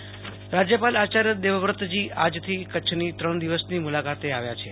રાજ્યપાલ કરછ મુલાકાત રાજ્યપાલ આચાર્ય દેવવ્રતજી આજથી કરછની ત્રણ દિવસની મુલાકાતે આવ્યા છે